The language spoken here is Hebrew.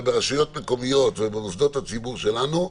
רשויות מקומיות ומוסדות הציבור שלנו,